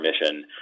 mission